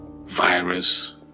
virus